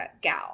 gal